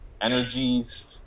energies